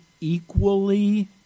equally